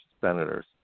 senators